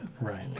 right